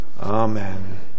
Amen